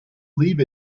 leave